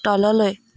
তললৈ